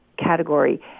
category